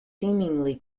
seemingly